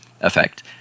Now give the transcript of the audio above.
effect